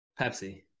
Pepsi